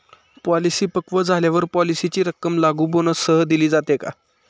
Policy पक्व झाल्यावर पॉलिसीची रक्कम लागू बोनससह दिली जाते का?